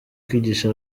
kwigisha